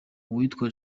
uwitwa